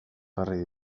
jarri